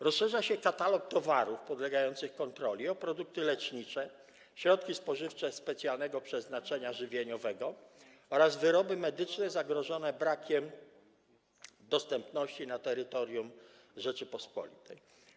Rozszerza się katalog towarów podlegających kontroli o produkty lecznicze, środki spożywcze specjalnego przeznaczenia żywieniowego oraz wyroby medyczne zagrożone brakiem dostępności na terytorium Rzeczypospolitej.